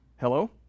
Hello